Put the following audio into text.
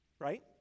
right